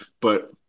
But-